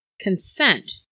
consent